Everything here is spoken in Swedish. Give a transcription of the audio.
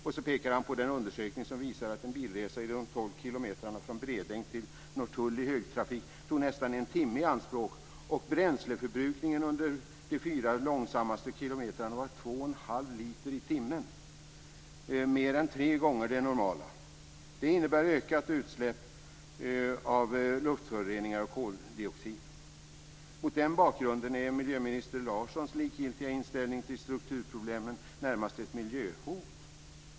Sedan pekade han på den undersökning som visade att en bilresa på tolv kilometer från Bredäng till Norrtull tog nästan en timme i anspråk i högtrafik och att "bränsleförbrukningen under de fyra långsammaste kilometrarna var 2,5 liter i timmen, mer än tre gånger det normala. Det innebär ökat utsläpp av luftföroreningar och koldioxid." Mot den bakgrunden är miljöminister Larssons likgiltiga inställning till strukturproblemen närmast ett miljöhot!